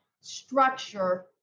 structure